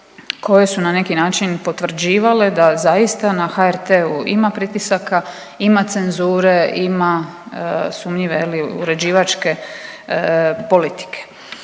koje su na neki način potvrđivale da zaista na HRT-u ima pritisaka, ima cenzure, ima sumnjive je li uređivačke politike.